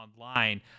online